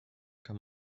kann